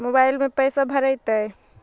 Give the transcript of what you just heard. Mobile में पैसा भरैतैय?